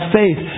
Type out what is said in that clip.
faith